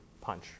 punch